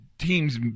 team's